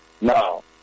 Now